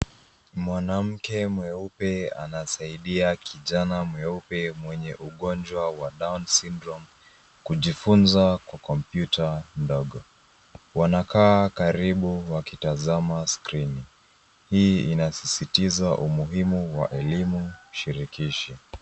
Mwanamke mweupe anasaidia kijani mweupe mwenye ugonjwa wa down syndrome kujifunza kwa kompyuta ndogo, wanakaa karibu wakitazama skrini, hii inasisitiza umuhimu wa elimu shirikishi.